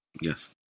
Yes